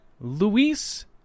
Luis